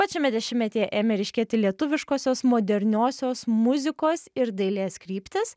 pačiame dešimtmetyje ėmė ryškėti lietuviškosios moderniosios muzikos ir dailės kryptys